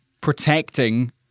protecting